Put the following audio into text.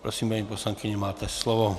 Prosím, paní poslankyně, máte slovo.